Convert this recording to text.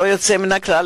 ללא יוצא מן הכלל,